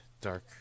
dark